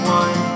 one